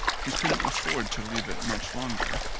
he couldn't afford to leave it much longer.